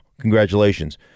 Congratulations